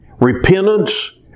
repentance